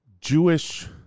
Jewish